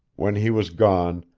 when he was gone,